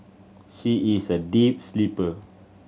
she is a deep sleeper